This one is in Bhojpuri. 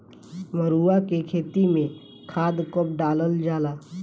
मरुआ के खेती में खाद कब डालल जाला?